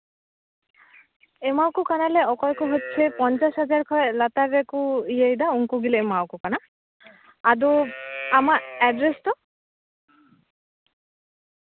ᱮᱢᱟᱣᱟᱠᱚ ᱠᱟᱱᱟᱞᱮ ᱚᱠᱚᱭ ᱠᱚ ᱦᱚᱪᱪᱷᱮ ᱯᱚᱧᱪᱟᱥ ᱦᱟᱡᱟᱨ ᱠᱷᱚᱡ ᱞᱟᱛᱟᱨ ᱨᱮᱠᱚ ᱤᱭᱟᱹᱭᱫᱟ ᱩᱱᱠᱩ ᱜᱮᱞᱮ ᱮᱢᱟᱣᱟᱠᱚ ᱠᱟᱱᱟ ᱟᱫᱚ ᱟᱢᱟᱜ ᱮᱰᱨᱮᱥ ᱫᱚ